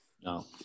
No